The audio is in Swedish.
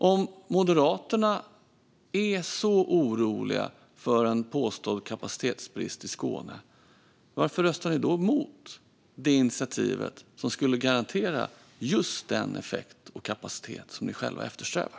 Om Moderaterna är så oroliga för en påstådd kapacitetsbrist i Skåne kan man fråga sig varför de röstade emot det initiativ som skulle garantera just den effekt och kapacitet som de själva eftersträvar.